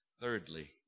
Thirdly